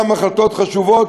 גם החלטות חשובות,